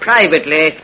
privately